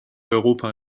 europa